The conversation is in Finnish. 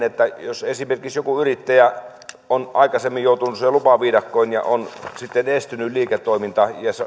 että jos esimerkiksi joku yrittäjä on aikaisemmin joutunut siihen lupaviidakkoon ja on sitten estynyt liiketoiminta ja